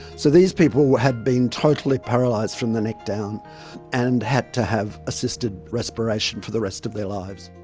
so these people had been totally paralysed from the neck down and had to have assisted respiration for the rest of their lives.